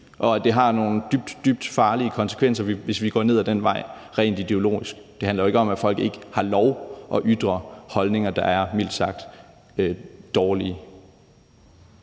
meget, meget farlige konsekvenser, hvis vi går ned ad den vej. Det handler jo ikke om, at folk ikke har lov til at ytre holdninger, der mildt sagt er dårlige.